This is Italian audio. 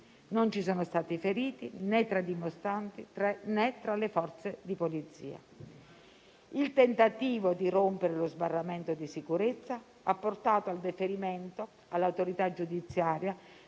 Non ci sono stati feriti, né tra dimostranti né tra le Forze di polizia. Il tentativo di rompere lo sbarramento di sicurezza ha portato al deferimento all'autorità giudiziaria